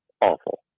awful